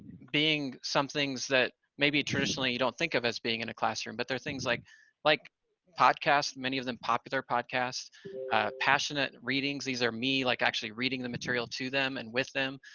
being some things that maybe traditionally you don't think of as being in a classroom, but there are things like like podcasts, many of them popular podcasts passionate readings, these are me like actually reading the material to them and with them,